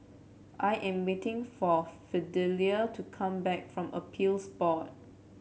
I am waiting for Fidelia to come back from Appeals Board